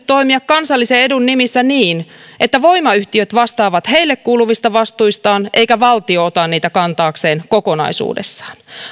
toimia kansallisen edun nimissä niin että voimayhtiöt vastaavat niille kuuluvista vastuista eikä valtio ota niitä kantaakseen kokonaisuudessaan